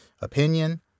opinion